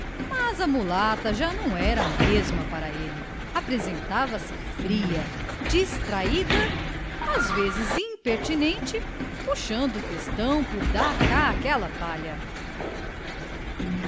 mas a mulata já não era a mesma para ele apresentava se fria distraída às vezes impertinente puxando questão por dá cá aquela palha